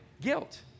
guilt